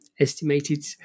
estimated